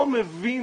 לא מבין,